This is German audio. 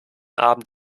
abend